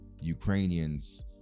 Ukrainians